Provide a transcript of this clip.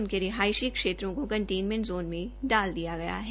उनके रिहायशी क्षेत्रों को कंटेनमेंट में डाल दिया गया है